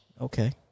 Okay